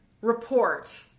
report